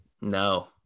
no